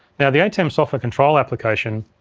now, the atem software control application,